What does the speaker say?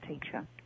teacher